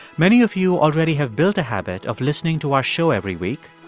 many of you already have built a habit of listening to our show every week.